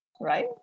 Right